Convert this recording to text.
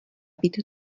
být